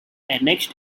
annexed